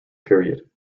period